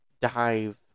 dive